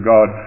God